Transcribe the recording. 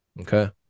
Okay